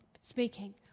speaking